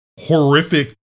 horrific